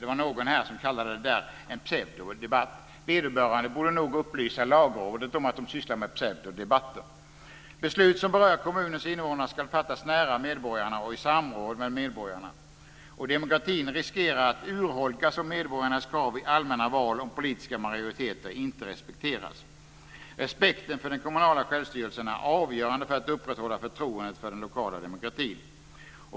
Det var någon som kallade det en pseudodebatt. Vederbörande borde nog upplysa Lagrådet om att man där sysslar med pseudodebatter. Beslut som berör kommunens invånare ska fattas nära medborgarna och i samråd med medborgarna. Demokratin riskerar att urholkas om medborgarnas krav i allmänna val om politiska majoriteter inte respekteras. Respekten för den kommunala självstyrelsen är avgörande för att upprätthålla förtroendet för den lokala demokratin.